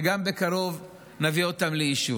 ובקרוב גם נביא אותן לאישור.